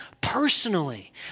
personally